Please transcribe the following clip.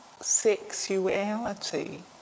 sexuality